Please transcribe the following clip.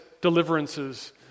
deliverances